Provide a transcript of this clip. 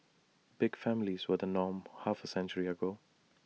big families were the norm half A century ago